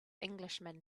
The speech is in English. englishman